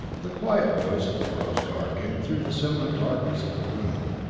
the quiet voice of tordos gar came through the semidarkness of the room,